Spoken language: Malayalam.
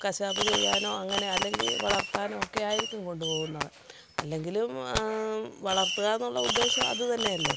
കശാപ്പ് ചെയ്യാനോ അങ്ങനെ അല്ലെങ്കിൽ വളർത്താനോ ഒക്കെയായിരിക്കും കൊണ്ടു പോവുന്നത് അല്ലെങ്കിലും വളർത്തുക എന്നുള്ള ഉദ്ദേശം അത് തന്നെയല്ലേ